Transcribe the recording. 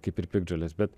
kaip ir piktžolės bet